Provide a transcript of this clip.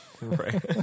Right